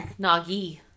Nagi